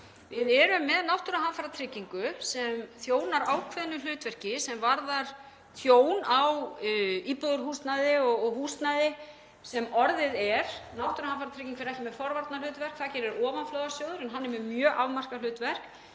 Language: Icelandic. Við erum með náttúruhamfaratryggingu sem þjónar ákveðnu hlutverki sem varðar tjón á íbúðarhúsnæði og húsnæði sem orðið er. Náttúruhamfaratrygging fer ekki með forvarnahlutverk. Það gerir ofanflóðasjóður en hann er með mjög afmarkað hlutverk.